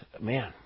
man